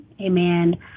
amen